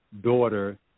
daughter